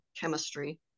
chemistry